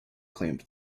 claimed